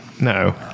No